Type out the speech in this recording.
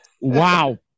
Wow